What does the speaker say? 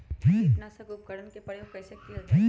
किटनाशक उपकरन का प्रयोग कइसे कियल जाल?